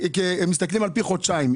מסתכלים על פי חודשיים,